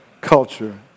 culture